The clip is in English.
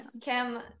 Kim